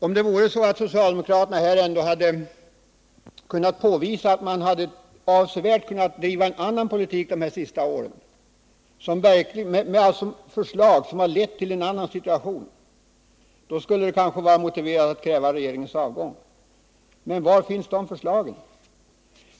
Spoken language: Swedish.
Om socialdemokraterna här hade kunnat påvisa att de hade kunnat driva en avsevärt annorlunda politik de senaste åren med förslag som hade lett till en annan situation, skulle det kanske ha varit motiverat att kräva regeringens avgång. Men var finns de förslagen?